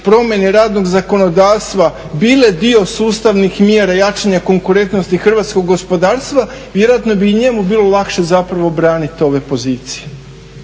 promjene radnog zakonodavstva bile dio sustavnih mjera jačanja konkurentnosti hrvatskog gospodarstva vjerojatno bi i njemu bilo lakše zapravo branit ove pozicije.